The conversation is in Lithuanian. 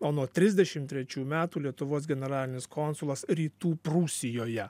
o nuo trisdešim trečių metų lietuvos generalinis konsulas rytų prūsijoje